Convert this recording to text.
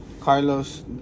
carlos